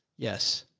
yes.